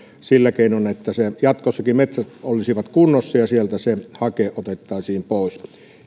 sillä keinoin että jatkossakin metsät olisivat kunnossa ja sieltä hake otettaisiin pois